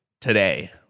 today